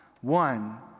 One